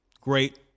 Great